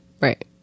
Right